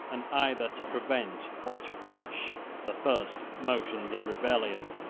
and either to prevent or to crush the first motions of rebellion.